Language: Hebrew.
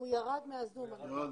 הוא ירד מה-זום.